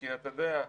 כי אתה יודע,